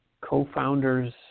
Co-Founders